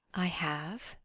i have.